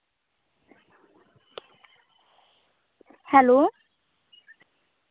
hello